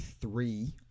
three